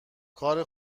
کار